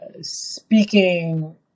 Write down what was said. speaking